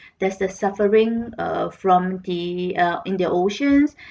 there's the suffering uh from the err in the oceans